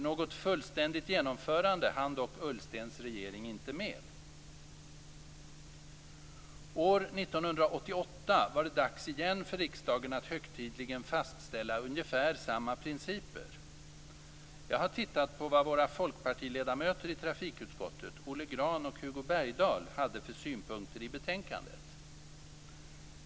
Något fullständigt genomförande hann dock Ullstens regering inte med. År 1988 var det dags igen för riksdagen att högtidligen fastställa ungefär samma principer. Jag har tittat på vad våra folkpartiledamöter i trafikutskottet, Olle Grahn och Hugo Bergdahl, hade för synpunkter i betänkandet.